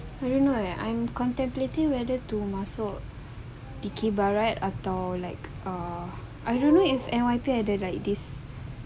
I am contemplating whether to masuk dikir barat atau like err I don't know if anyone can added like this